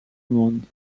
monde